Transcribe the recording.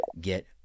get